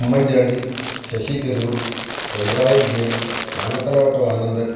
Oommen Chandy Shashi Tharoor Pinarayi Vijayan Anathalavattom Anandan